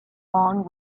long